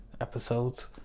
episodes